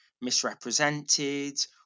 misrepresented